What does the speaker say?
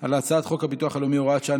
על הצעת חוק הביטוח הלאומי (הוראת שעה,